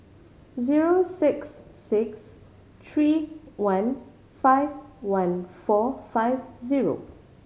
zero six six three one five one four five zero